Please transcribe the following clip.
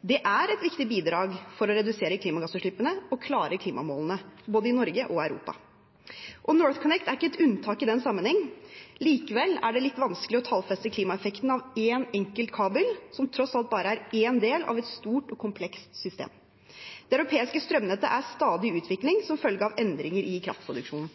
Det er et viktig bidrag for å redusere klimagassutslippene og klare klimamålene både i Norge og i Europa. NorthConnect er ikke et unntak i den sammenhengen. Likevel er det litt vanskelig å tallfeste klimaeffekten av én enkelt kabel, som tross alt bare er en del av et stort og komplekst system. Det europeiske strømnettet er stadig i utvikling som følge av endringer i kraftproduksjonen.